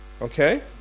Okay